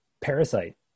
Parasite